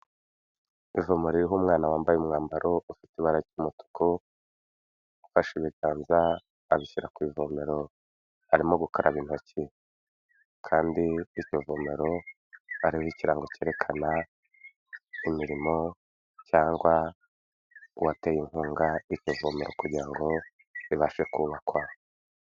Ivomo ririho umwana wambaye umwambaro ufite ibara ry'umutuku, ufashe ibiganza abishyira ku ivomero, arimo gukaraba intoki kandi iryo vomero hariho ikirango cyerekana imirimo cyangwa uwateye inkunga iryo vomera kugira ngo ribashe kubakwa.